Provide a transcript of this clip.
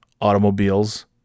Automobiles